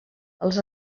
els